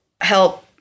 help